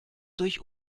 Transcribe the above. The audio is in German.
durch